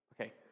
Okay